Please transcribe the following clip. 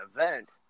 event